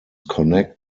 connect